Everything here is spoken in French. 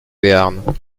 béarn